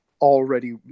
already